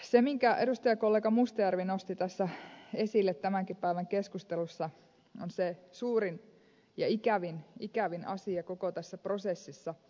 se minkä edustajakollega mustajärvi nosti tässä esille tämänkin päivän keskustelussa on se suurin ja ikävin asia koko tässä prosessissa